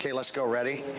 let's go. ready?